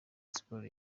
sport